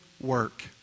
work